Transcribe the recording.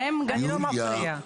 מבחינה מודיעינית.